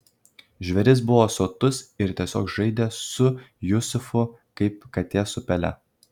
žvėris buvo sotus ir tiesiog žaidė su jusufu kaip katė su pele